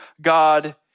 God